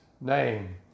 name